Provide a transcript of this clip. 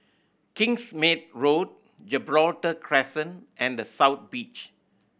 Kingsmead Road Gibraltar Crescent and The South Beach